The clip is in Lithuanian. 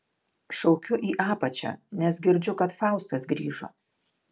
šaukiu į apačią nes girdžiu kad faustas grįžo